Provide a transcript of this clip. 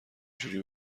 جوری